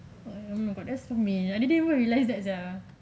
oh um oh my god that's for me I didn't even realise that sia